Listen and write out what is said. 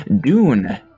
dune